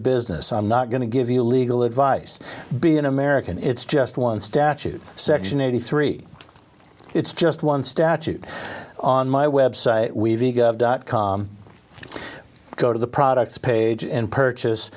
business i'm not going to give you legal advice be an american it's just one statute section eighty three it's just one statute on my website go to the products page and purchase